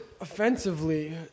offensively